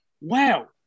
wow